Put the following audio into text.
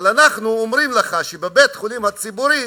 אבל אנחנו אומרים לך שבבית-החולים הציבורי